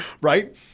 right